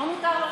לא מותר לו,